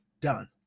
done